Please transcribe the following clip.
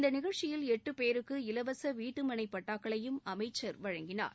இந்த நிகழ்ச்சியில் எட்டு பேருக்கு இலவச வீட்டு மனைப் பட்டாக்களையும் அமைச்சர் வழங்கினார்